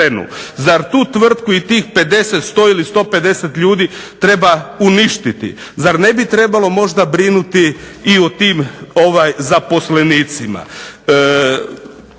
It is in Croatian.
Zar tu tvrtku i tih 50, 100 ili 150 ljudi treba uništiti? Zar ne bi trebalo možda brinuti i o tim zaposlenicima?